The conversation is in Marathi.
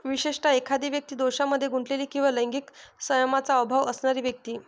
विशेषतः, एखादी व्यक्ती दोषांमध्ये गुंतलेली किंवा लैंगिक संयमाचा अभाव असणारी व्यक्ती